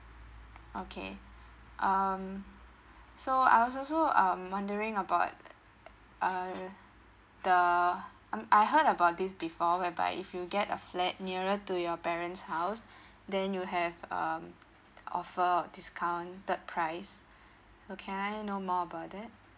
okay um so I also um wondering about uh the I I heard about this before whereby if you get a flat nearer to your parents house then you have um offer a discounted price so can I know more about that